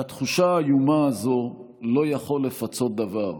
על התחושה האיומה הזאת לא יכול לפצות דבר,